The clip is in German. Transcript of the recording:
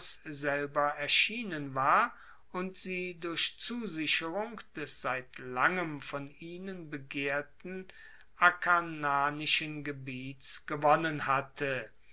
selber erschienen war und sie durch zusicherung des seit langem von ihnen begehrten akarnanischen gebiets gewonnen hatte